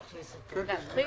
בבקשה.